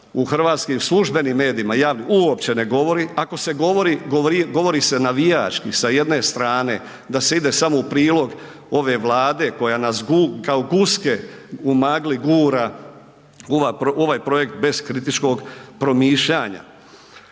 u hrvatskim službenim medijima uopće ne govori, ako se govori govori se navijački sa jedne strane, da se ide samo u prilog ove Vlade koja nas kao guske u magli gura u ovaj projekt bez kritičkog promišljanja.